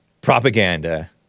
propaganda